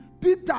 Peter